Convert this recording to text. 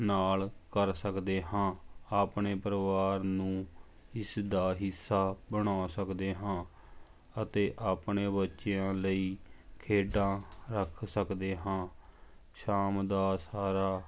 ਨਾਲ ਕਰ ਸਕਦੇ ਹਾਂ ਆਪਣੇ ਪਰਿਵਾਰ ਨੂੰ ਇਸ ਦਾ ਹਿੱਸਾ ਬਣਾ ਸਕਦੇ ਹਾਂ ਅਤੇ ਆਪਣੇ ਬੱਚਿਆਂ ਲਈ ਖੇਡਾਂ ਰੱਖ ਸਕਦੇ ਹਾਂ ਸ਼ਾਮ ਦਾ ਸਾਰਾ